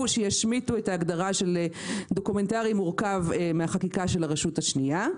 שישמיטו את ההגדרה של דוקומנטרי מורכב מהחקיקה של הרשות השנייה.